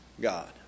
God